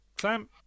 Sam